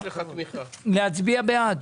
להצביע בעד.